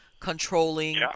controlling